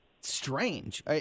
strange